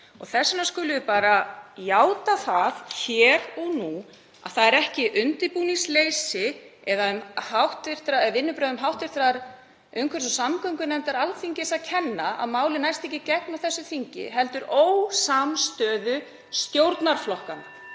Þess vegna skulum við bara játa það hér og nú að það er ekki undirbúningsleysi eða vinnubrögðum hv. umhverfis- og samgöngunefndar Alþingis um að kenna að málið næst ekki í gegn á þessu þingi heldur ósamstöðu stjórnarflokkanna